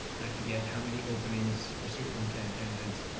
i forget how many openings for superintendents, but